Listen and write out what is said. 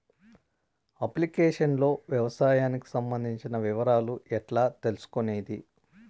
Application లో వ్యవసాయానికి సంబంధించిన వివరాలు ఎట్లా తెలుసుకొనేది?